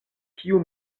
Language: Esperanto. kiu